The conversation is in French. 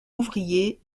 ouvrier